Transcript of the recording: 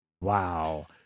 Wow